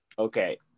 okay